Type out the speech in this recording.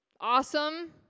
Awesome